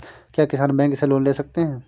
क्या किसान बैंक से लोन ले सकते हैं?